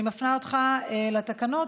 אני מפנה אותך לתקנות,